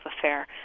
affair